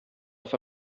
auf